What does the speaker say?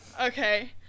Okay